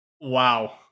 Wow